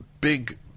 big